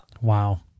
Wow